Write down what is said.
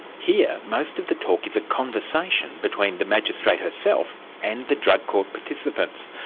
here, most of the talk is a conversation between the magistrate herself and the drug court participants,